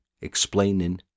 explaining